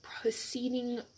proceeding